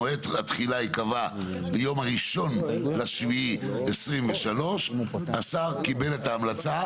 מועד התחילה ייקבע ליום 1.7.23. השר קיבל את ההמלצה.